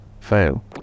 fail